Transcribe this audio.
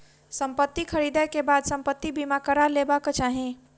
संपत्ति ख़रीदै के बाद संपत्ति बीमा करा लेबाक चाही